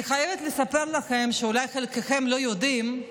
אני חייבת לספר לכם, אולי חלקכם לא יודעים,